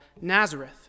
Nazareth